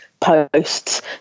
posts